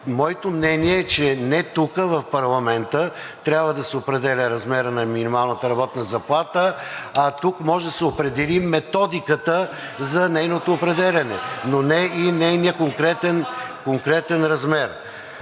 Моето мнение е, че не в парламента трябва да се определя размерът на минималната работна заплата – тук може да се определи методиката за нейното определяне, но не и нейният конкретен размер.